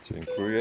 Dziękuję.